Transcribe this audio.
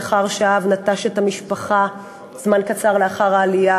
מאחר שהאב נטש את המשפחה זמן קצר לאחר העלייה,